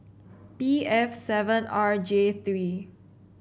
B F seven R J three